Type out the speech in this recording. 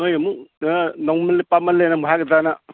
ꯅꯣꯏ ꯑꯃꯨꯛ ꯅꯧꯃꯜꯂꯦ ꯄꯥꯃꯜꯂꯦꯅꯃꯨꯛ ꯍꯥꯏꯒꯗ꯭ꯔꯅ